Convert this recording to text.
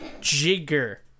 Jigger